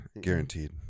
Guaranteed